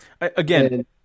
again